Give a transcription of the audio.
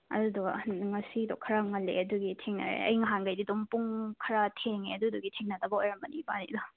ꯑꯗꯨꯗꯨꯒ ꯉꯁꯤꯗꯣ ꯈꯔ ꯉꯜꯂꯛꯑꯦ ꯑꯗꯨꯒꯤ ꯊꯦꯡꯅꯔꯦ ꯑꯩ ꯅꯍꯥꯟꯒꯩꯗꯤ ꯑꯗꯨꯝ ꯄꯨꯡ ꯈꯔ ꯊꯦꯡꯒꯦ ꯑꯗꯨꯗꯨꯒꯤ ꯊꯦꯡꯅꯗꯕ ꯑꯣꯏꯔꯝꯃꯅꯤ ꯏꯕꯥꯅꯤꯗꯣ